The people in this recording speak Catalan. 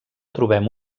trobem